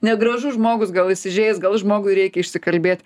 negražu žmogus gal įsižeis gal žmogui reikia išsikalbėt